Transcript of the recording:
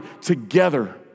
together